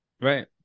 Right